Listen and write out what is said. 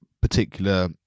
particular